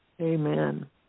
Amen